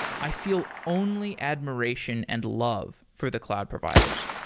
i feel only admiration and love for the cloud providers.